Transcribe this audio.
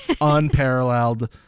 Unparalleled